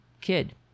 kid